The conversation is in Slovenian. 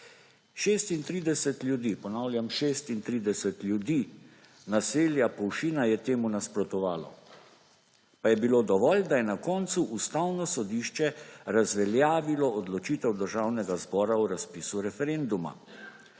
36 ljudi, ponavljam, 36 ljudi naselja Polšina je temu nasprotovalo, pa je bilo dovolj, da je na koncu Ustavno sodišče razveljavilo odločitev Državnega zbora o razpisu referenduma.